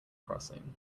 crossing